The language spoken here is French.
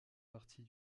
partie